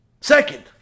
second